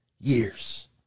years